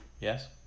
Yes